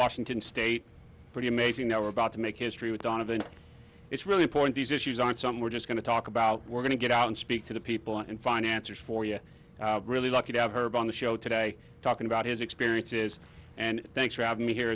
washington state pretty amazing never about to make history with donovan it's really point these issues on some we're just going to talk about we're going to get out and speak to the people and find answers for you really lucky to have her on the show today talking about his experiences and thanks for having me here